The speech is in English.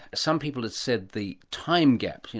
some people have said the time gap, yeah